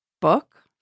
book